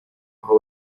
aho